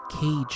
Cage